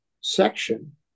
section